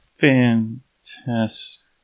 Fantastic